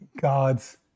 God's